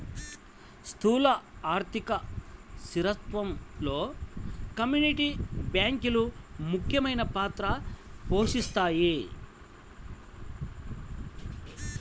స్థూల ఆర్థిక స్థిరత్వంలో కమ్యూనిటీ బ్యాంకులు ముఖ్యమైన పాత్ర పోషిస్తాయి